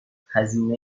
هزینه